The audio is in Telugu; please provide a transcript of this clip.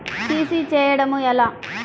సి.సి చేయడము ఎలా?